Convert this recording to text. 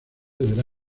deberá